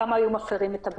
כמה היו מפרים את הבידוד?